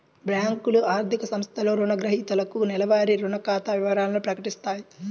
బ్యేంకులు, ఆర్థిక సంస్థలు రుణగ్రహీతలకు నెలవారీ రుణ ఖాతా వివరాలను ప్రకటిత్తాయి